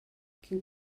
quin